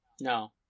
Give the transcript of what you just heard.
no